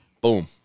Boom